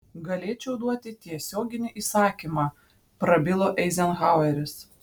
galėčiau duoti tiesioginį įsakymą prabilo eizenhaueris